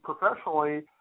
professionally